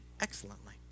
excellently